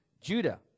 Judah